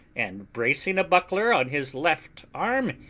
and bracing a buckler on his left arm,